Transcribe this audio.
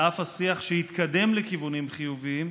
על אף השיח, שהתקדם לכיוונים חיוביים,